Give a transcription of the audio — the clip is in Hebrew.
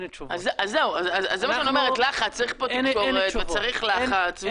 זה מה שאני אומרת, לחץ, צריך תזכורת, וצריך לחץ.